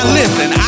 listen